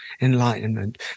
enlightenment